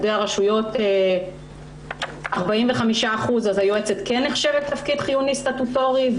מעובדי הרשות אז היועצת כן נחשבת לתפקיד חיוני סטטוטורי,